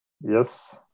Yes